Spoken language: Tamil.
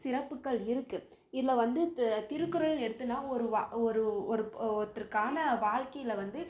சிறப்புகள் இருக்குது இதில் வந்து தெ திருக்குறள் எடுத்தோன்னா ஒரு வா ஒரு ஒருக் ஒருத்தருக்கான வாழ்க்கையில் வந்து